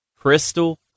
Crystal